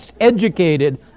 educated